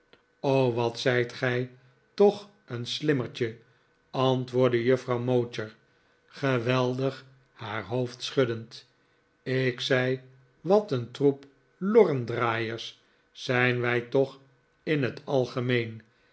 wat zijt gij toch een slimmerdje antwoordde juffrouw mowcher geweldig haar hoofd schuddend ik zei wat een troep lorrendraaiers zijn wij toch in het algemeen